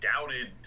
doubted